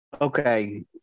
Okay